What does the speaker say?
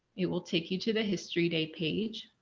it will take you to the history day page.